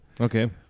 Okay